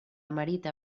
merita